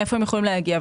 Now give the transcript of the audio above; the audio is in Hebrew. מאיפה הם יכולים להגיע,